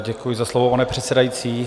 Děkuji za slovo, pane předsedající.